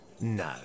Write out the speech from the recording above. No